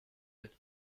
deux